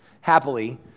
happily